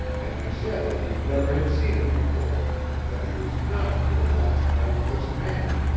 and you said that you never had seen him before that he was not here last night with this man.